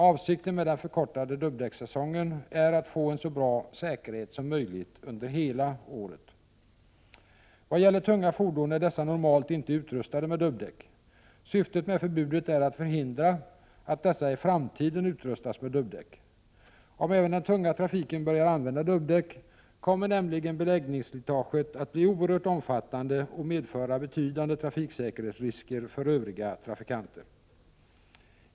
Avsikten med den förkortade dubbdäckssäsongen är att få en så bra säkerhet som möjligt under hela året. Vad gäller tunga fordon är dessa normalt inte utrustade med dubbdäck. Syftet med förbudet är att förhindra att dessa i framtiden utrustas med dubbdäck. Om även den tunga trafiken börjar använda dubbdäck kommer nämligen beläggningsslitaget att bli oerhört omfattande och medföra betydande trafiksäkerhetsrisker för övriga trafikanter.